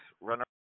runner